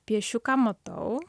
piešiu ką matau